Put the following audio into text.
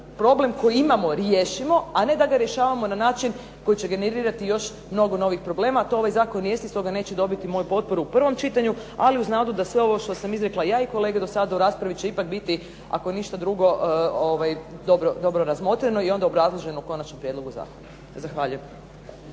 problem koji imamo riješimo, a ne da ga rješavamo na način koji će generirati još mnogo novih problema, a to ovaj zakon jest i stoga neće dobiti moju potporu u prvom čitanju, ali uz nadu da sve ovo što sam izrekla ja i kolege dosada u raspravi će ipak biti, ako ništa drugo dobro razmotreno i onda obrazloženo u konačnom prijedlogu zakona. Zahvaljujem.